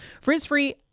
Frizz-free